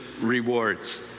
rewards